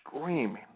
screaming